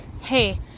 hey